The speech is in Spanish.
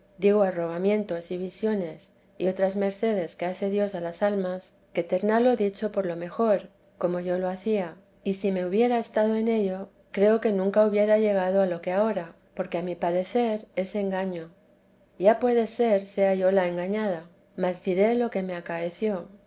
leía bien creo que quien llegare a tener unión y no pasare adelante digo arrobamientos y visiones y otras mercedes que hace dios a las almas que terna lo dicho por lo mejor como yo lo hacía y si me hubiera estado en ello creo que nunca hubiera llegado a lo que ahora porque a mi parecer es engaño ya puede ser yo sea la engañada mas diré lo que me acaeció